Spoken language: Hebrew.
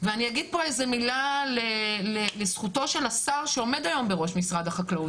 ואני אגיד פה איזו מילה לזכותו של השר שעומד היום בראש משרד החקלאות.